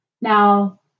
Now